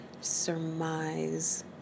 surmise